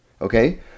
okay